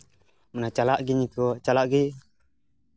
ᱢᱟᱱᱮ ᱪᱟᱞᱟᱜ ᱜᱤᱧ ᱟᱹᱭᱠᱟᱹᱣᱟ ᱪᱟᱞᱟᱜ ᱜᱮ